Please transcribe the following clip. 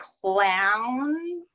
clowns